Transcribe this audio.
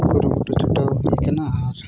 ᱠᱩᱨᱩᱢᱩᱴᱩ ᱪᱷᱩᱴᱟᱹᱣ ᱦᱩᱭ ᱠᱟᱱᱟ ᱟᱨ